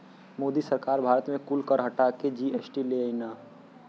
मोदी सरकार भारत मे कुल कर हटा के जी.एस.टी ले अइलन